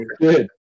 Good